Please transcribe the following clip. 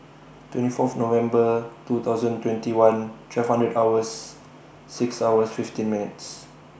twenty Fourth November two thousand twenty one twelve hundred hours six hours fifteen minutes